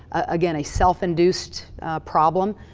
again, a self-induced problem,